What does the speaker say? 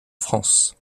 france